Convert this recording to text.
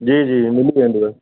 जी जी मिली वेंदव